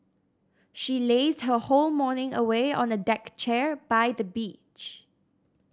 she lazed her whole morning away on a deck chair by the beach